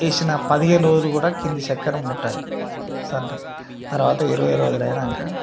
వేసిన పదిహేను రోజులు కూడా కింది చెక్కను ముట్టదు సెంటరింగ్ తర్వాత ఇరవై రోజులు అయినాక